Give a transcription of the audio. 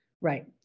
Right